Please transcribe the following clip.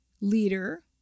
leader